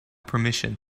permission